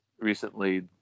recently